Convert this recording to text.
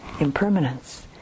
impermanence